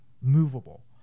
movable